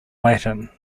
latin